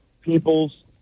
people's